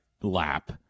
lap